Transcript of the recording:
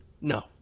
No